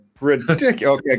Ridiculous